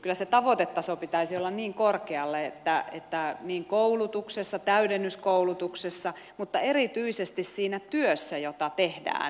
eli kyllä sen tavoitetason pitäisi olla niin korkealla koulutuksessa täydennyskoulutuksessa mutta erityisesti siinä työssä jota tehdään eri toimintayksiköissä